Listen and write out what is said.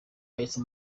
yahise